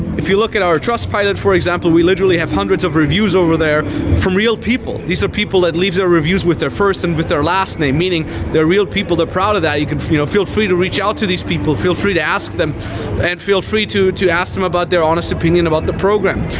if you look at our trustpilot, for example, we literally have hundreds of reviews over there from real people. these are people that leave their reviews with their first and with their last name, meaning they're real people. they're proud of that. you can you know feel free to reach out to these people. feel free to ask them and feel free to to ask them about their honest opinion about the program.